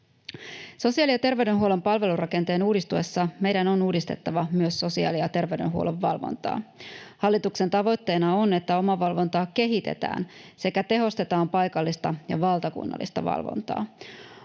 Sosiaali- ja terveydenhuollon palvelurakenteen uudistuessa meidän on uudistettava myös sosiaali- ja terveydenhuollon valvontaa. Hallituksen tavoitteena on, että omavalvontaa kehitetään sekä tehostetaan paikallista ja valtakunnallista valvontaa.